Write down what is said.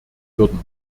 würden